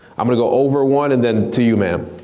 i'm gonna go over one and then to you ma'am,